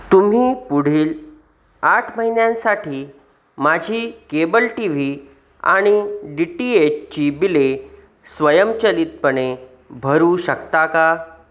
तुम्ही पुढील आठ महिन्यांसाठी माझी केबल टी व्ही आणि डी टी एचची बिले स्वयंचलितपणे भरू शकता का